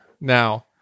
Now